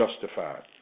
justified